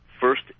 first